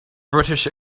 british